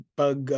pag